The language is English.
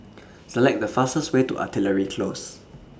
Select The fastest Way to Artillery Close